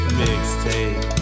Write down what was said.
mixtape